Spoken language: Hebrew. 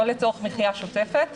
לא לצורך מחיה שוטפת,